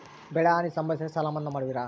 ಬೆಳೆಹಾನಿ ಸಂಭವಿಸಿದರೆ ಸಾಲ ಮನ್ನಾ ಮಾಡುವಿರ?